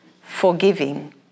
forgiving